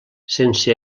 sense